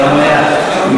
מה?